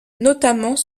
notamment